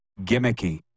gimmicky